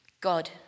God